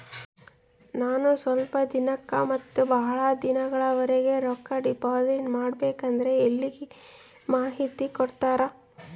ನಾನು ಸ್ವಲ್ಪ ದಿನಕ್ಕ ಮತ್ತ ಬಹಳ ದಿನಗಳವರೆಗೆ ರೊಕ್ಕ ಡಿಪಾಸಿಟ್ ಮಾಡಬೇಕಂದ್ರ ಎಲ್ಲಿ ಮಾಹಿತಿ ಕೊಡ್ತೇರಾ?